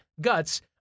guts